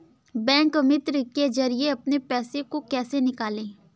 Bank मित्र के जरिए अपने पैसे को कैसे निकालें?